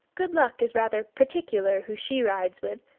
good luck is rather particular who she rides with,